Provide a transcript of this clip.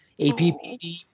APPD